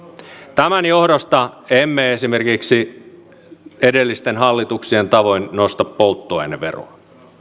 tämän johdosta emme esimerkiksi edellisten hallituksien tavoin nosta polttoaineveroa